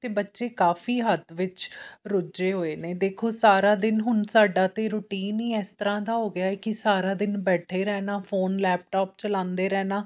ਅਤੇ ਬੱਚੇ ਕਾਫੀ ਹੱਦ ਵਿੱਚ ਰੁੱਝੇ ਹੋਏ ਨੇ ਦੇਖੋ ਸਾਰਾ ਦਿਨ ਹੁਣ ਸਾਡਾ ਤਾਂ ਰੁਟੀਨ ਹੀ ਇਸ ਤਰ੍ਹਾਂ ਦਾ ਹੋ ਗਿਆ ਕਿ ਸਾਰਾ ਦਿਨ ਬੈਠੇ ਰਹਿਣਾ ਫੋਨ ਲੈਪਟੋਪ ਚਲਾਉਂਦੇ ਰਹਿਣਾ